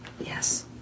yes